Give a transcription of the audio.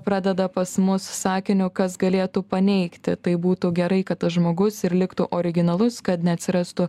pradeda pas mus sakiniu kas galėtų paneigti tai būtų gerai kad tas žmogus ir liktų originalus kad neatsirastų